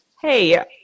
Hey